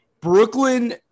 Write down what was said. Brooklyn